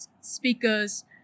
speakers